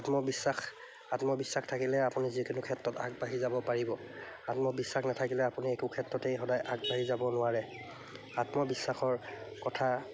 আত্মবিশ্বাস আত্মবিশ্বাস থাকিলে আপুনি যিকোনো ক্ষেত্ৰত আগবাঢ়ি যাব পাৰিব আত্মবিশ্বাস নাথাকিলে আপুনি একো ক্ষেত্ৰতেই সদায় আগবাঢ়ি যাব নোৱাৰে আত্মবিশ্বাসৰ কথা